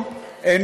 מאוד משגשגות,